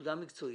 עבודה מקצועית.